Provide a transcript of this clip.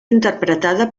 interpretada